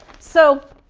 so